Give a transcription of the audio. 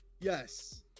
yes